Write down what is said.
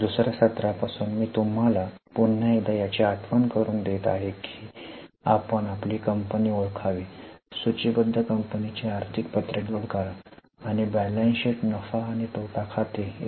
दुसर्या सत्रापासून मी तुम्हाला पुन्हा एकदा याची आठवण करून देत आहे की आपण आपली कंपनी ओळखावी सूची बद्ध कंपनीची आर्थिक पत्रके डाउनलोड करा आणि बैलन्स शीट नफा आणि तोटा खाते इ